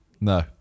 No